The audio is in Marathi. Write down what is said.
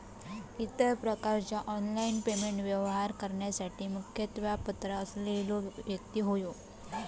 इतर प्रकारचा ऑनलाइन पेमेंट व्यवहार करण्यासाठी मुखत्यारपत्र असलेलो व्यक्ती होवो